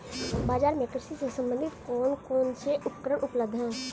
बाजार में कृषि से संबंधित कौन कौन से उपकरण उपलब्ध है?